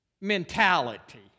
mentality